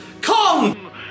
Come